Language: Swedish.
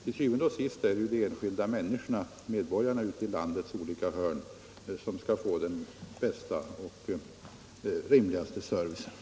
Til syvende og sidst skall man ju ge de enskilda människorna — medborgarna ute i landets olika hörn — bästa möjliga service.